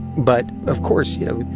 but, of course, you know,